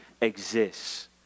exists